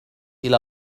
إلى